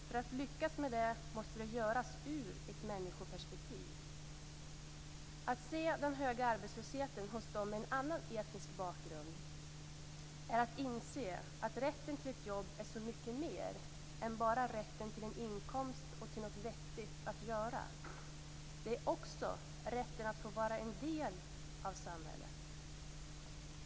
För att lyckas med det måste det göras ur ett människoperspektiv. Att se den höga arbetslösheten hos dem med en annan etnisk bakgrund är att inse att rätten till ett jobb är så mycket mer än bara rätten till en inkomst och till något vettigt att göra. Det är också rätten att få vara en del av samhället.